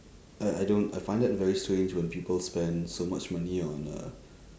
I I don't I find that very strange when people spend so much money on a